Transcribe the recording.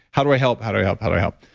how do i help? how do i help? how do i help?